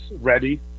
ready